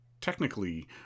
technically